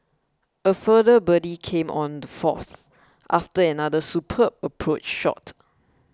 a further birdie came on the fourth after another superb approach shot